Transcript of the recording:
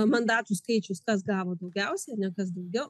mandatų skaičius kas gavo daugiausia ar ne kas daugiau